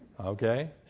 Okay